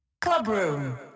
Clubroom